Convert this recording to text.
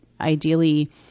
ideally